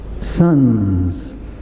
sons